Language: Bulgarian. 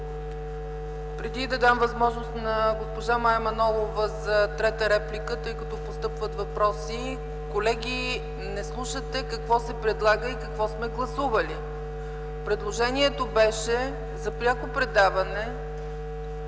Преди да дам възможност на госпожа Мая Манолова за трета реплика, тъй като постъпват въпроси, колеги, не слушате какво се предлага и какво сме гласували. Предложението беше за пряко предаване